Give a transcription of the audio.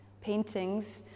paintings